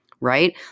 right